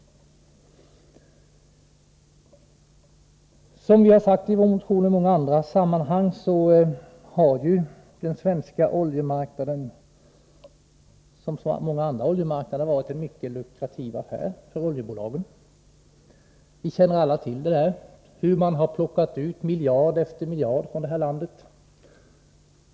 Som vi sagt i vår motion och i många andra sammanhang har den svenska oljemarknaden som så många andra oljemarknader varit en mycket lukrativ affär för oljebolagen. Vi känner alla till hur de har plockat ut miljard efter miljard ur landet.